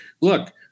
look